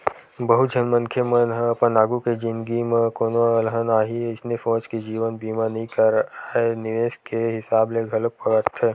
बहुत झन मनखे मन ह अपन आघु के जिनगी म कोनो अलहन आही अइसने सोच के जीवन बीमा नइ कारय निवेस के हिसाब ले घलोक करथे